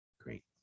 Great